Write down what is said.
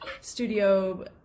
studio